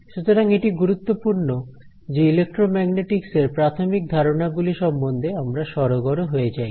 সুতরাং এটি গুরুত্বপূর্ণ যে ইলেক্ট্রোম্যাগনেটিকস এর প্রাথমিক ধারণা গুলি সম্বন্ধে আমরা সড়গড় হয়ে যাই